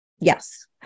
Yes